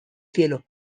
cielo